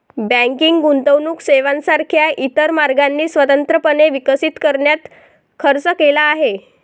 banking गुंतवणूक सेवांसारख्या इतर मार्गांनी स्वतंत्रपणे विकसित करण्यात खर्च केला आहे